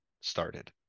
started